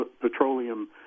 petroleum